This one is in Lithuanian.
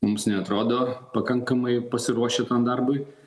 mums neatrodo pakankamai pasiruošę tam darbui